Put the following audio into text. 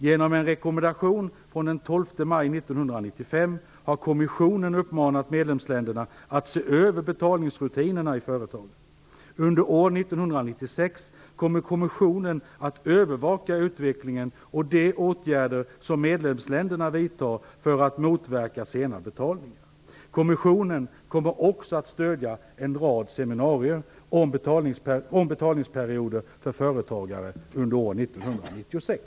Genom en rekommendation från den 12 maj 1995 har kommissionen uppmanat medlemsländerna att se över betalningsrutinerna i företagen. Under år 1996 kommer kommissionen att övervaka utvecklingen och de åtgärder som medlemsländerna vidtar för att motverka sena betalningar. Kommissionen kommer också att stödja en rad seminarier om betalningsperioder för företagare under år 1996.